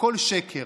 הכול שקר.